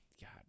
God